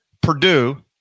Purdue